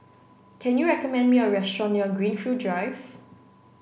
can you recommend me a restaurant near Greenfield Drive